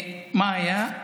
מה היה?